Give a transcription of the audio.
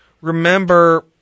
remember